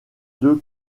deux